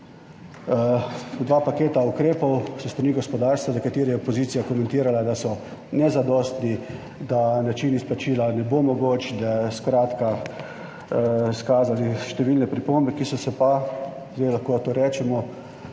Dva paketa ukrepov s strani gospodarstva, za katere je opozicija komentirala, da so nezadostni, da način izplačila ne bo mogoč, skratka, [podali] so številne pripombe, ki so se pa zdaj, lahko to rečemo,